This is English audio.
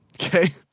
Okay